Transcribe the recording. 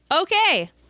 Okay